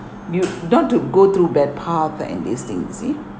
you don't want to go through that path caught in these things see